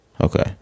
Okay